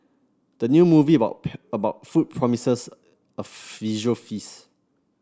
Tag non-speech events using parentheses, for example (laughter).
the new movie about (unintelligible) about food promises a visual feast